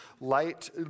light